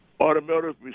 Automotive